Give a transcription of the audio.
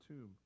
tomb